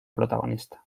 protagonista